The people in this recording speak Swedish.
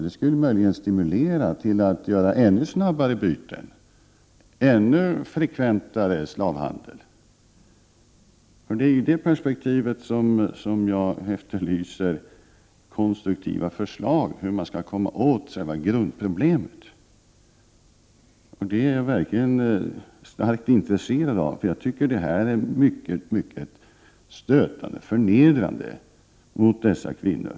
Det skulle möjligen bara stimulera till ännu snabbare byten, ännu frekventare slavhandel. I det perspektivet efterlyser jag konstruktiva förslag till hur man skall kunna komma åt själva grundproblemet. Jag är verkligen mycket intresserad av det, eftersom jag tycker att det är oerhört stötande och förnedrande mot dessa kvinnor.